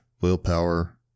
willpower